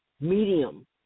Medium